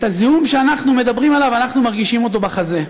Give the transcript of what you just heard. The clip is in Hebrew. את הזיהום שאנחנו מדברים עליו אנחנו מרגישים בחזה.